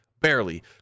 barely